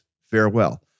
Farewell